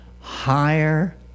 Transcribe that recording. higher